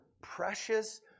precious